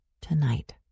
tonight